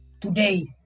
today